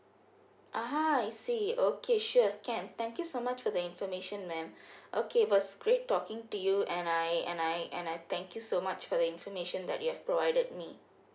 ah I see okay sure can thank you so much for the information ma'am okay was great talking to you and I and I and I thank you so much for the information that you have provided me